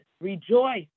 Rejoice